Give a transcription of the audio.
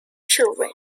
children